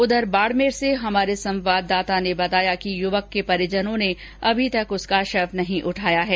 उधर बाड़मेर से हमारे संवाददाता ने बताया कि युवक के परिजनों ने अभी तक उसका शव नहीं उठाया है